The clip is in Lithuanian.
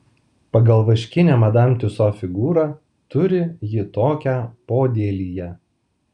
pagal vaškinę madam tiuso figūrą turi ji tokią podėlyje